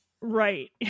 Right